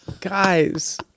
Guys